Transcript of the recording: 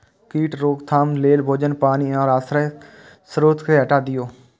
कीट रोकथाम लेल भोजन, पानि आ आश्रयक स्रोत कें हटा दियौ